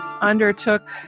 undertook